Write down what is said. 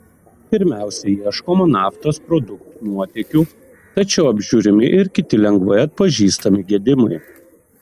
pirmiausia ieškoma naftos produktų nuotėkių tačiau apžiūrimi ir kiti lengvai atpažįstami gedimai